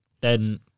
then-